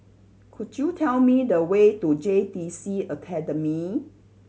could you tell me the way to J T C Academy